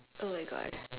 oh my god